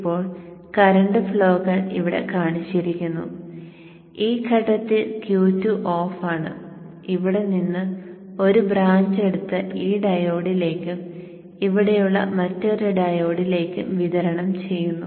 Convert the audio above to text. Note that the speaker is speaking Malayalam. ഇപ്പോൾ കറന്റ് ഫ്ലോകൾ ഇവിടെ കാണിച്ചിരിക്കുന്നു ഈ ഘട്ടത്തിൽ Q2 ഓഫാണ് ഇവിടെ നിന്ന് ഒരു ബ്രാഞ്ച് എടുത്ത് ഈ ഡയോഡിലേക്കും ഇവിടെയുള്ള മറ്റൊരു ഡയോഡിലേക്കും വിതരണം ചെയ്യുന്നു